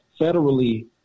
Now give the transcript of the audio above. federally